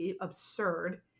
absurd